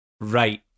right